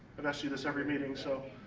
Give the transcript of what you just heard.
i've asked you this every meeting so.